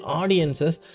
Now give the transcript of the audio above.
audiences